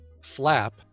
flap